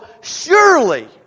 surely